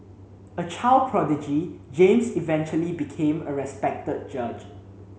a child prodigy James eventually became a respected judge